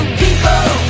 people